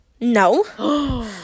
No